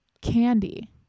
candy